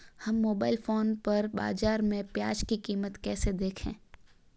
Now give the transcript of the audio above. हम mobile phone पर बाज़ार में प्याज़ की कीमत कैसे देखें?